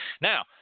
Now